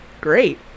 Great